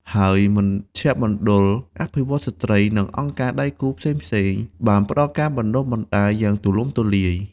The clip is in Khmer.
ហើយ មជ្ឈមណ្ឌលអភិវឌ្ឍន៍ស្ត្រី និងអង្គការដៃគូផ្សេងៗបានផ្តល់ការបណ្តុះបណ្តាលយ៉ាងទូលំទូលាយ។